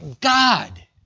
God